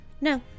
No